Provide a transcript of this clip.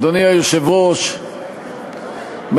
אדוני היושב-ראש,